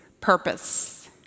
purpose